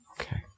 Okay